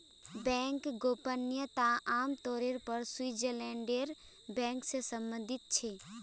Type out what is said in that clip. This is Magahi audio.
बैंक गोपनीयता आम तौर पर स्विटज़रलैंडेर बैंक से सम्बंधित छे